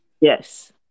Yes